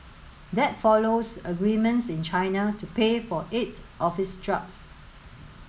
that follows agreements in China to pay for eight of its drugs